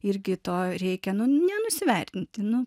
irgi to reikia nu nenusivertinti nu